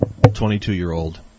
22-year-old